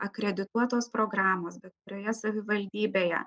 akredituotos programos bet kurioje savivaldybėje